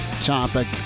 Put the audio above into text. topic